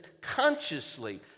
consciously